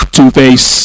Two-Face